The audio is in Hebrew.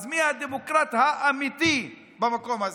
אז מי הדמוקרט האמיתי במקום הזה?